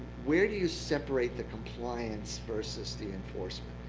where do you separate the compliance versus the enforcement?